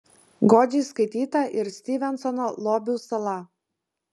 godžiai skaityta ir styvensono lobių sala